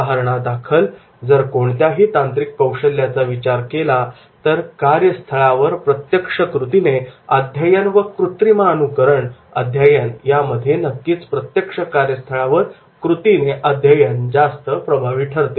उदाहरणादाखल जर कोणत्याही तांत्रिक कौशल्याचा विचार केला तर कार्यस्थळावर प्रत्यक्ष कृती ने अध्ययन व कृत्रिमानुकरण अध्ययन यामध्ये नक्कीच प्रत्यक्ष कार्यस्थळावर कृतीने अध्ययन जास्त प्रभावी ठरते